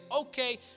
okay